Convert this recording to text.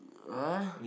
!huh!